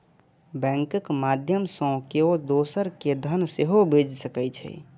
बैंकक माध्यय सं केओ दोसर कें धन सेहो भेज सकै छै